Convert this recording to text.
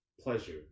pleasure